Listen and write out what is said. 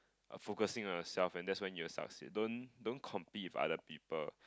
focusing on yourself and that's when you will succeed don't don't compete with other people